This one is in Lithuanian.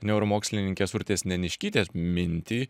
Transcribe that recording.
neuromokslininkės urtės neniškytės mintį